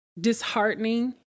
disheartening